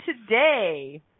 today